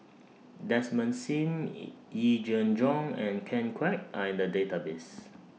Desmond SIM E Yee Jenn Jong and Ken Kwek Are in The Database